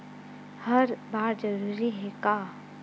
हर बार जरूरी हे का?